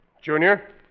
Junior